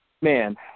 Man